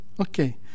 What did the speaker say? Okay